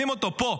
שים אותו פה,